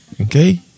Okay